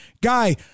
guy